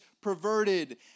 perverted